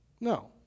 No